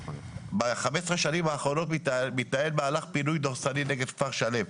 ב-15 השנים האחרונות מתנהל מהלך פינוי דורסני נגד כפר שלם.